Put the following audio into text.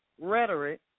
rhetoric